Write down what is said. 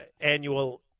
annual